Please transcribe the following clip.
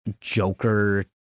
Joker